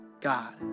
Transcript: God